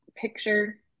picture